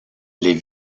les